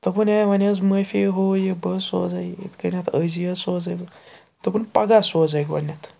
دوٚپُن ہے وۄنۍ حظ معٲفی ہُہ یہِ بہٕ حظ سوزَے یہِ یِتھ کٔنٮ۪تھ أزی حظ سوزَے بہٕ دوٚپُن پَگاہ سوزَے گۄڈٕنٮ۪تھ